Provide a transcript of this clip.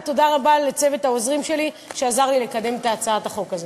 ותודה רבה לצוות העוזרים שלי שעזר לי לקדם את הצעת החוק הזו.